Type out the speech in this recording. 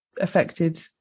affected